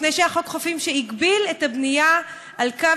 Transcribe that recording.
לפני שהיה חוק החופים שהגביל את הבנייה על קו